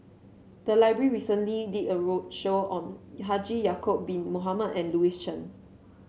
the library recently did a roadshow on Haji Ya'acob Bin Mohamed and Louis Chen